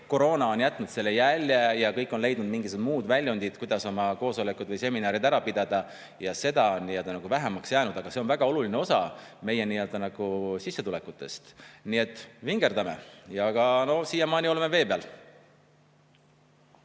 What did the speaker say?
koroona on jätnud selle jälje, et kõik on leidnud mingisugused muud väljundid, kuidas oma koosolekud või seminarid ära pidada. Seda on vähemaks jäänud, aga see on väga oluline osa meie nii-öelda sissetulekutest. Nii et vingerdame, siiamaani oleme ka vee peal.